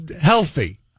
healthy